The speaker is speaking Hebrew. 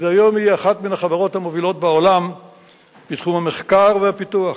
היום היא אחת מן החברות המובילות בעולם בתחום המחקר והפיתוח,